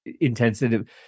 intensive